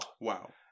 Wow